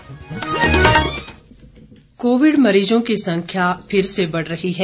Covid संदेश Covid मरीजों की संख्या फिर से बढ़ रही है